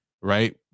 right